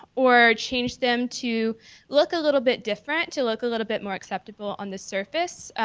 or change them to look a little bit different, to look a little bit more acceptable on the surface.